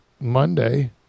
Monday